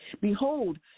Behold